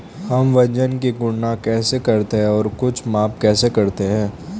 हम वजन की गणना कैसे करते हैं और कुछ माप कैसे करते हैं?